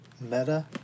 meta